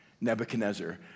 Nebuchadnezzar